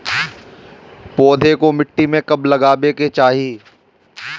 पौधे को मिट्टी में कब लगावे के चाही?